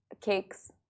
Cakes